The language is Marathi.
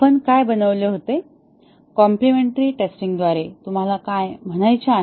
आपण काय बनवले होते कॉम्पलिमेन्टरी टेस्टिंगद्वारे तुम्हाला काय म्हणायचे आहे